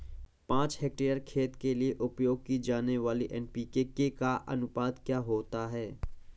पाँच हेक्टेयर खेत के लिए उपयोग की जाने वाली एन.पी.के का अनुपात क्या होता है?